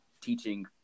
teaching